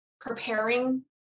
preparing